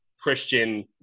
Christian